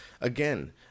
again